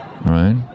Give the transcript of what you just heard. right